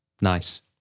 Nice